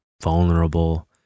vulnerable